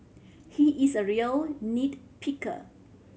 he is a real nit picker